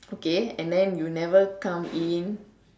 okay and then you never come in